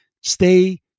Stay